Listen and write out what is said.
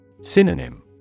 Synonym